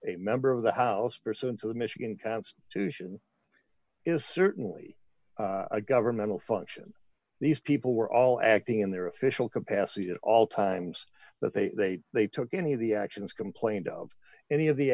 a member of the house pursuant to the michigan constitution is certainly a governmental function these people were all acting in their official capacity at all times but they they took any of the actions complained of any of the